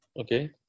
Okay